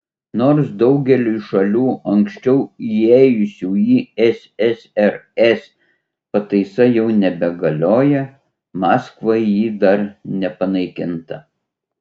nors daugeliui šalių anksčiau įėjusių į ssrs pataisa jau nebegalioja maskvai ji dar nepanaikinta